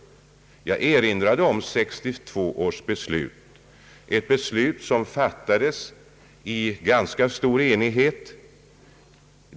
Jag erinrade om 1962 års beslut, ett beslut som fattades i ganska stor enighet.